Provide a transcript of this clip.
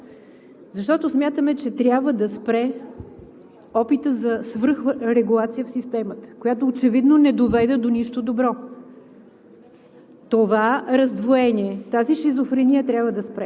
Предложихме отпадане на чл. 3 и чл. 4, защото смятаме, че трябва да спре опитът за свръхрегулация в системата, която очевидно не доведе до нищо добро.